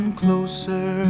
closer